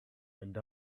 and